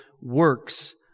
works